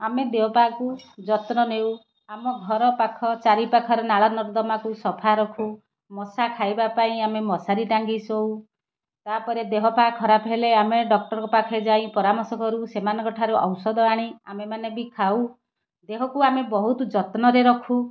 ଆମେ ଦେହ ପାକୁ ଯତ୍ନ ନେଉ ଆମ ଘର ପାଖ ଚାରି ପାଖରେ ନାଳ ନର୍ଦ୍ଦମାକୁ ସଫା ରଖୁ ମଶା ଖାଇବା ପାଇଁ ଆମେ ମଶାରୀ ଟାଙ୍ଗି ଶୋଉ ତା'ପରେ ଦେହ ପା ଖରାପ ହେଲେ ଆମେ ଡକ୍ଟରଙ୍କ ପାଖେ ଯାଇ ପରାମର୍ଶ କରୁ ସେମାନଙ୍କଠାରୁ ଔଷଧ ଆଣି ଆମେ ମାନେ ବି ଖାଉ ଦେହକୁ ଆମେ ବହୁତ ଯତ୍ନରେ ରଖୁ